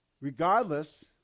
regardless